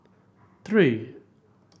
three